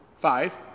five